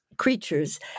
creatures